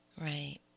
right